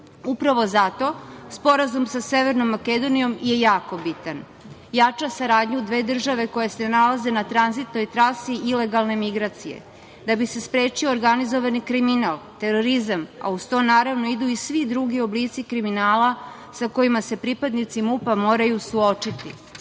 Upravo zato sporazum sa Severnom Makedonijom je jako bitan. Jača saradnju dve države koje se nalaze na tranzitnoj trasi ilegalne migracije. Da bi se sprečio organizovani kriminal, terorizam, a uz to naravno idu i svi drugi oblici kriminala sa kojima se pripadnici MUP-a moraju suočiti. Pre